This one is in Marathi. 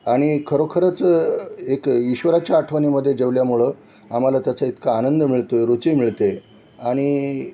आणि खरोखरंच एक ईश्वराच्या आठवनीमध्ये जेवल्यामुळे आम्हाला त्याचा इतका आनंद मिळतो आहे रुची मिळते आणि